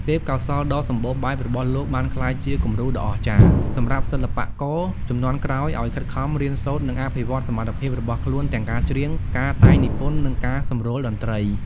ទេពកោសល្យដ៏សម្បូរបែបរបស់លោកបានក្លាយជា គំរូដ៏អស្ចារ្យ សម្រាប់សិល្បករជំនាន់ក្រោយឱ្យខិតខំរៀនសូត្រ និងអភិវឌ្ឍសមត្ថភាពរបស់ខ្លួនទាំងការច្រៀង ការតែងនិពន្ធ និងការសម្រួលតន្ត្រី ។